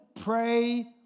pray